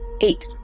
Eight